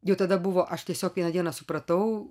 jau tada buvo aš tiesiog vieną dieną supratau